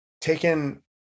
taken